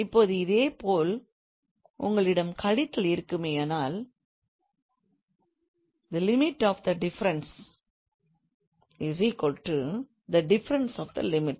இப்போது இதேபோல் உங்களிடம் கழித்தல் இருக்குமேயானால் limit of the difference difference of the limit